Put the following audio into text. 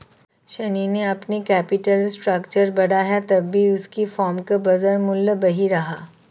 शनी ने अपना capital structure बढ़ाया तब भी उसकी फर्म का बाजार मूल्य वही रहा